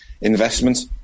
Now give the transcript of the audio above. investments